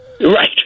Right